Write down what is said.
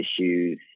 issues